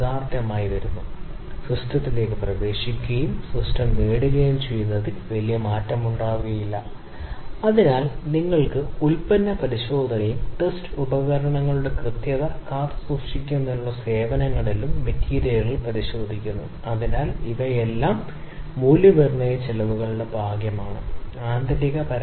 നിങ്ങൾക്കറിയാമെങ്കിൽ നിങ്ങൾക്ക് പരീക്ഷണങ്ങളുടെ ഡിസൈൻ ചെയ്യാൻ കഴിയും സിമുലേഷനും ഒപ്റ്റിമൈസേഷനും കൂടാതെ മറ്റ് പല സാങ്കേതികതകളും നിങ്ങൾക്ക് അറിയാം പാരാമീറ്ററുകൾ ശരിയാക്കുന്ന ഘട്ടം അതിനാൽ നിങ്ങൾക്ക് പാരാമീറ്ററുകളുടെ ശരിയായ തിരഞ്ഞെടുപ്പ് ലഭിക്കും പ്രത്യേക രൂപകൽപ്പന